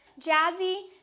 Jazzy